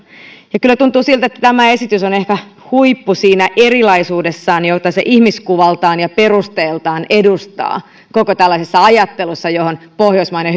ja kyllä tuntuu siltä että tämä esitys on ehkä huippu siinä erilaisuudessaan jota se ihmiskuvaltaan ja perusteiltaan edustaa suhteessa koko tällaiseen ajatteluun johon pohjoismainen